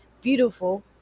beautiful